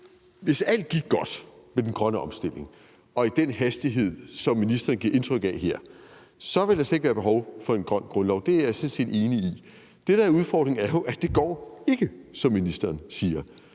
Hvis alt gik godt med den grønne omstilling og i den hastighed, som ministeren giver indtryk af her, ville der slet ikke være behov for en grøn grundlov. Det er jeg sådan set enig i. Det, der er udfordringen, er jo, at det ikke går, som ministeren siger.